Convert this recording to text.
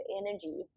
energy